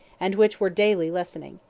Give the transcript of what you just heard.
and which were daily lessening.